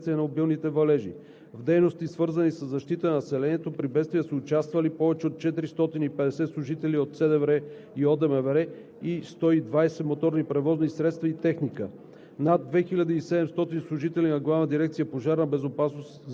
са предприети действия по овладяване на създадената кризисна ситуация вследствие на обилните валежи. В дейности, свързани със защита на населението при бедствия, са участвали повече от 450 служители от СДВР и ОДМВР и 120 моторни превозни средства и техника,